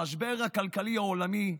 המשבר הכלכלי העולמי,